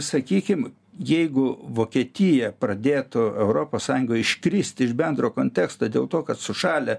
sakykim jeigu vokietija pradėtų europos sąjungoj iškrist iš bendro konteksto dėl to kad sušalę